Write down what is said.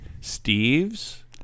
Steve's